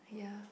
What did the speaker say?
yeah